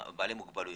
בעלי מוגבלויות.